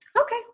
okay